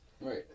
right